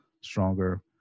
stronger